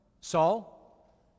Saul